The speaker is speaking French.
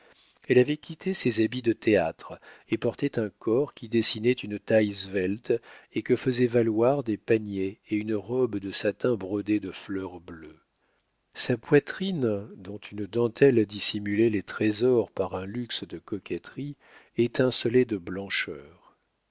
elle avait quitté ses habits de théâtre et portait un corps qui dessinait une taille svelte et que faisaient valoir des paniers et une robe de satin brodée de fleurs bleues sa poitrine dont une dentelle dissimulait les trésors par un luxe de coquetterie étincelait de blancheur